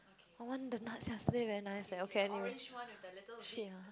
I want the nuts yesterday very nice eh okay anyway